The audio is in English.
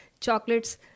chocolates